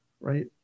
right